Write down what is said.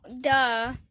Duh